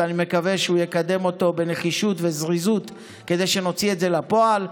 ואני מקווה שהוא יקדם אותו בנחישות וזריזות כדי שנוציא את זה לפועל,